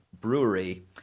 Brewery